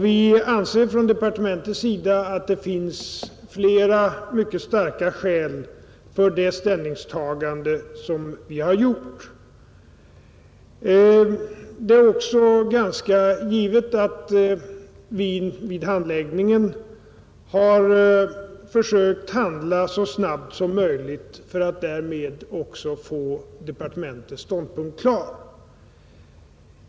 Vi anser inom departementet att det finns flera mycket starka skäl för det ställningstagande som vi har gjort. Det är också ganska givet att vi vid handläggningen har försökt handla så snabbt som möjligt för att därmed också få departementets ståndpunkt klar.